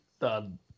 done